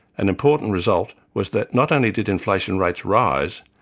an important result was that not only did inflation rates rise,